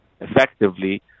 effectively